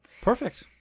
perfect